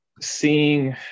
seeing